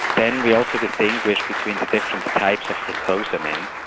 then we also distinguished between the different types of glucosamine,